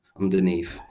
underneath